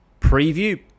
preview